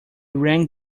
rang